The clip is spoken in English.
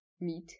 meat